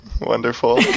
wonderful